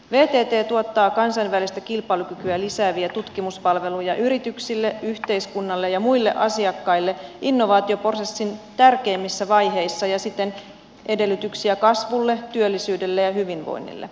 vtt tuottaa kansainvälistä kilpailukykyä lisääviä tutkimuspalveluja yrityksille yhteiskunnalle ja muille asiakkaille innovaatioprosessin tärkeimmissä vaiheissa ja siten edellytyksiä kasvulle työllisyydelle ja hyvinvoinnille